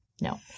No